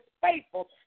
faithful